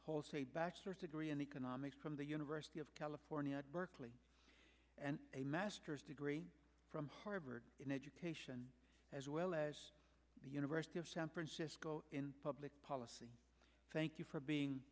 he holds a bachelor's degree in economics from the university of california at berkeley and a master's degree from harvard in education as well as the university of san francisco in public policy thank you for being